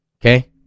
okay